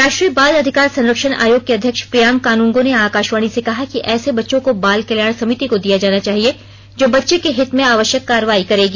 राष्ट्रीय बाल अधिकार संरक्षण आयोग के अध्यक्ष प्रियांक कानूनगो ने आकाशवाणी से कहा कि ऐसे बच्चों को बाल कल्याण समिति को दिया जाना चाहिए जो बच्चे के हित में आवश्यक कार्रवाई करेगी